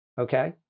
okay